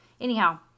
Anyhow